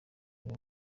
ibi